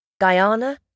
Guyana